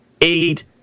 eight